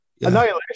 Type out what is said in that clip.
Annihilation